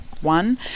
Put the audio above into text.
one